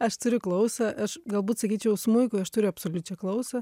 aš turiu klausą aš galbūt sakyčiau smuikui aš turiu absoliučią klausą